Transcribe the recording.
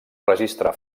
registre